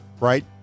right